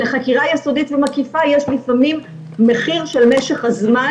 לחקירה יסודית ומקיפה יש לפעמים מחיר של משך הזמן.